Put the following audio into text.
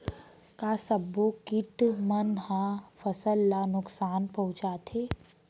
का सब्बो किट मन ह फसल ला नुकसान पहुंचाथे?